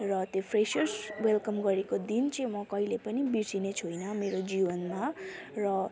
र त्यो freshers welcome गरेको दिन चाहिँ म कहिले पनि बिर्सिने छुइनँ मेरो जीवनमा र